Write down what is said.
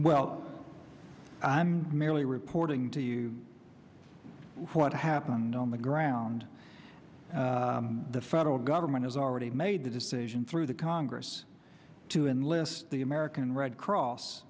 well i'm merely reporting to you what happened on the ground the federal government has already made to the state through the congress to enlist the american red cross